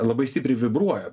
labai stipriai vibruoja